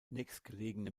nächstgelegene